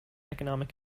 economic